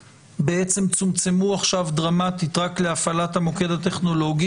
צומצמו עכשיו דרמטית רק להפעלת המוקד הטכנולוגי.